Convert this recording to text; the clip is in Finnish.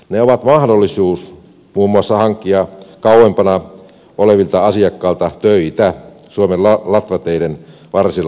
ne ovat mahdollisuus muun muassa hankkia kauempana olevilta asiakkailta töitä suomen latvateiden varsilla oleville työpaikoille